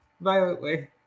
Violently